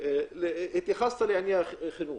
התייחסת לעניין החינוך.